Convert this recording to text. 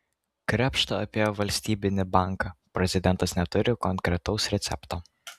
krėpšta apie valstybinį banką prezidentas neturi konkretaus recepto